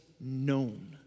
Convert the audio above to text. known